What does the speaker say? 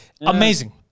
Amazing